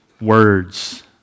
words